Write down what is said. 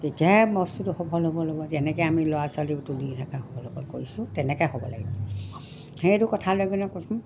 তেতিয়াহে বস্তুটো সফল হ'ব ল'ব যেনেকৈ আমি ল'ৰা ছোৱালী তুলি কৰিছো তেনেকৈ হ'ব লাগিব সেইটো কথালৈ কিনে কৈছো